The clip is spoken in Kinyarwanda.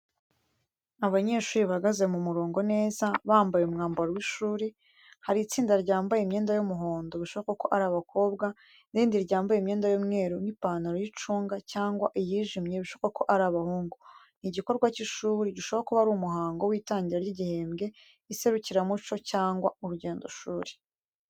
Abanyeshuri bahagaze mu murongo neza bambaye umwambaro w’ishuri. Hari itsinda ryambaye imyenda y’umuhondo bishoboka ko ari abakobwa, n’irindi ryambaye imyenda y'umweru n’ipantaro y’icunga cyangwa iyijimye bishoboka ko ari abahungu. Ni igikorwa cy’ishuri gishobora kuba ari umuhango w’itangira ry’igihembwe, iserukiramuco cyangwa urugendoshuri.